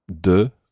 de